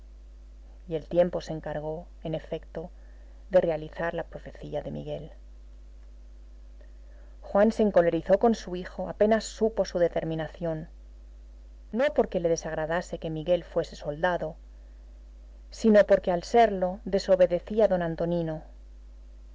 y el tiempo se encargó en efecto de realizar la profecía de miguel juan se encolerizó con su hijo apenas supo su determinación no porque le desagradase que miguel fuese soldado sino porque al serlo desobedecía a don